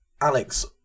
Alex